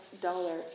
dollar